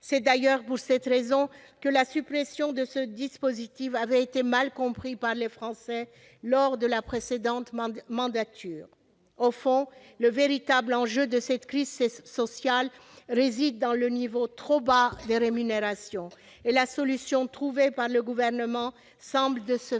C'est d'ailleurs pour cette raison que la suppression de ce dispositif avait été mal comprise par les Français lors de la précédente mandature. Au fond, la véritable cause de la crise sociale réside dans le niveau trop faible des rémunérations. La solution trouvée par le Gouvernement semble à cet égard